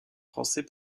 français